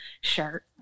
shirt